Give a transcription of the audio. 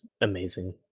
amazing